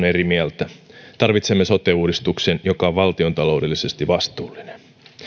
eri mieltä tarvitsemme sote uudistuksen joka on valtiontaloudellisesti vastuullinen